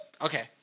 Okay